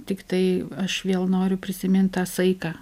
tiktai aš vėl noriu prisimint tą saiką